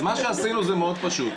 אז מה שעשינו זה מאוד פשוט,